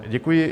Děkuji.